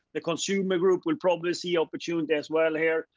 the consumer group will probably see opportunity as well here,